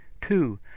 Two